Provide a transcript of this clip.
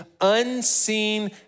unseen